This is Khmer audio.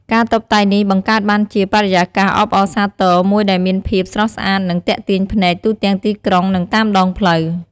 ការតុបតែងនេះបង្កើតបានជា បរិយាកាសអបអរសាទរ មួយដែលមានភាព ស្រស់ស្អាត និង ទាក់ទាញភ្នែក ទូទាំងទីក្រុង និងតាមដងផ្លូវ។